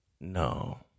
No